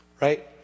right